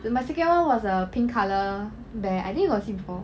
my second [one] was a pink colour bear I think you got see before